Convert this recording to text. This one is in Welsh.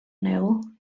niwl